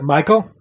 Michael